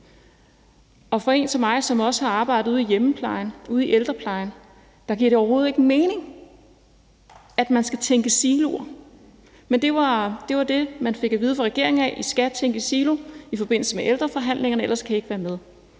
For en som mig, der også har arbejdet ude hjemmeplejen, ude i ældreplejen, giver det overhovedet ikke mening, at man skal tænke i siloer, men det var det, man fik at vide fra regeringens side af: I skal tænke silo i forbindelse med ældreforhandlingerne, eller kan I ikke være med.